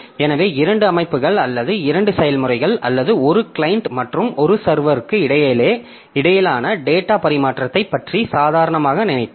எனவே இரண்டு அமைப்புகள் அல்லது இரண்டு செயல்முறைகள் அல்லது ஒரு கிளையன்ட் மற்றும் ஒரு சர்வரிற்கு இடையிலான டேட்டா பரிமாற்றத்தைப் பற்றி சாதாரணமாக நினைத்தால்